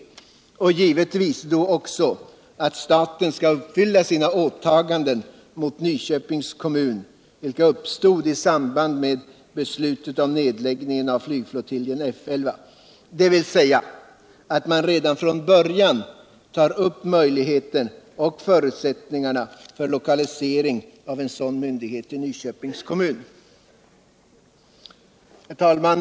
Jag utgår givetvis ifrån att staten då skall uppfylla sina åtaganden mot Nyköpings kommun, vilka uppstod i samband med beslutet om nedläggningen uv flygflottiljen F 11. dvs. att man redan från början tar upp möjligheterna och förutsättningarna för lokalisering av en sådan myndighet till Nyköpings kommun. Herr talman!